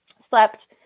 slept